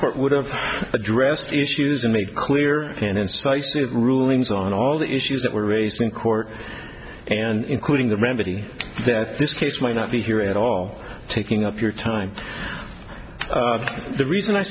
court would have addressed issues in a clear and incisive rulings on all the issues that were raised in court and including the remedy that this case might not be here at all taking up your time the reason i